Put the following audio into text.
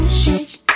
shake